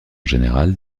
général